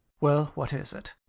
well, what is it?